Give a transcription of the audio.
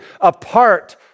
apart